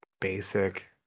basic